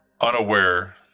unaware